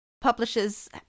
Publishers